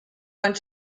went